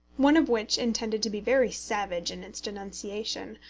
one of which, intended to be very savage in its denunciation,